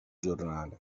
giornale